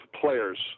players